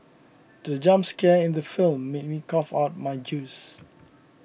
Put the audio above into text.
the jump scare in the film made me cough out my juice